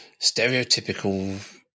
stereotypical